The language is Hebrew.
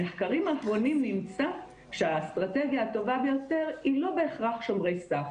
במחקרים האחרונים נמצא שהאסטרטגיה הטובה ביותר היא לא בהכרח שומרי סף,